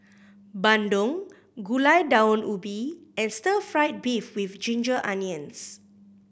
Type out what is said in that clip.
bandung Gulai Daun Ubi and stir fried beef with ginger onions